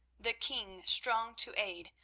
the king strong to aid,